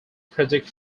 predict